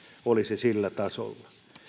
olisi sillä tasolla